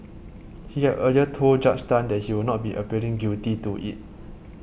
he had earlier told Judge Tan that he would not be pleading guilty to it